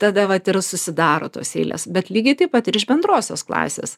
tada vat ir susidaro tos eilės bet lygiai taip pat ir iš bendrosios klasės